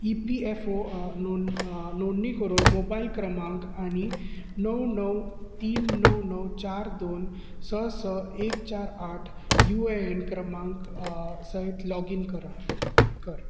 इ P F O नोंद नोंदणी करून मोबायल क्रमांक आनी णव णव तीन णव णव चार दोन स स एक चार आठ यू आय ए एन क्रमांक सयत लाॅगीन करात कर